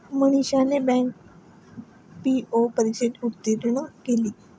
मनीषाने bank PO परीक्षा उत्तीर्ण केली